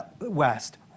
west